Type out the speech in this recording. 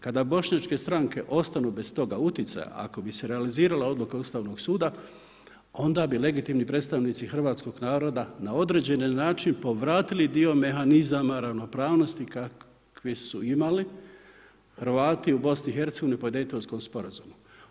Kada bošnjačke stranke ostanu bez toga utjecaja ako bi se realizirala odluka Ustavnog suda, onda bi legitimni predstavnici hrvatskog naroda na određeni način povratili dio mehanizama ravnopravnosti kakvi su imali Hrvati u BiH-u po Daytonskom sporazumu.